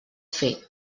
fer